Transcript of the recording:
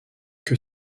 que